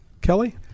Kelly